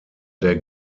der